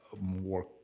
more